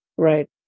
Right